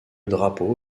drapeau